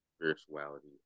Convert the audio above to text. spirituality